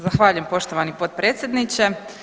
Zahvaljujem poštovani potpredsjedniče.